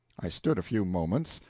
i stood a few moments,